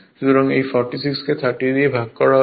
সুতরাং এই 46 কে 30 দিয়ে ভাগ করা হয়েছে